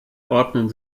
ordnen